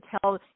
tell